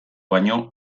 baino